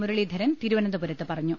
മുരളീധരൻ തിരുവനന്തപുരത്ത് പറഞ്ഞു